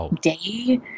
day